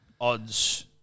Odds